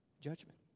judgment